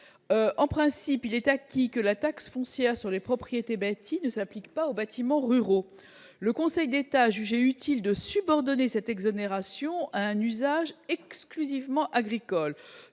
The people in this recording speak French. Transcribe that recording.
En principe, il est acquis que la taxe foncière sur les propriétés bâties ne s'applique pas aux bâtiments ruraux. Le Conseil d'État a jugé utile de subordonner cette exonération à un usage exclusivement agricole.